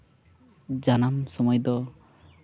ᱡᱟᱱᱟᱢ ᱥᱚᱢᱚᱭ ᱫᱚ